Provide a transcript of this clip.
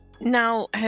Now